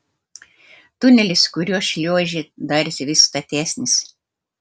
tunelis kuriuo šliuožė darėsi vis statesnis